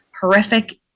horrific